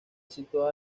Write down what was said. situada